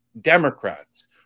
Democrats